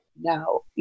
no